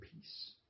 peace